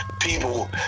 people